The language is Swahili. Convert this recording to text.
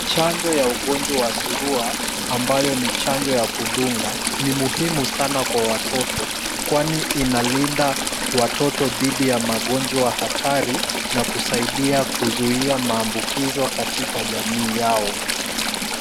Chanjo ya ugonjwa wa surua ambayo ni chanjo ya kudunga ni muhimu sana kwa watoto, kwani inalinda watoto dhidi ya magonjwa hatari na kusaidia kuzuia maambukizo katika jamii yao.